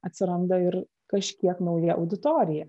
atsiranda ir kažkiek nauja auditorija